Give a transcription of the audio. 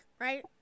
right